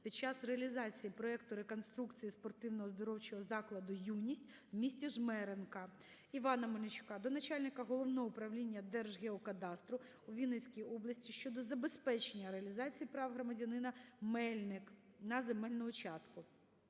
під час реалізації проекту реконструкції спортивного оздоровчого закладу "Юність" в місті Жмеринка. Івана Мельничука до начальника Головного управлінняДержгеокадастру у Вінницькій області щодо забезпечення реалізації прав громадянина Мельник на земельну частку.